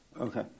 Okay